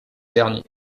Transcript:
dernier